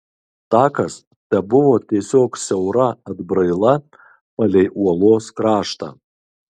takas tebuvo tiesiog siaura atbraila palei uolos kraštą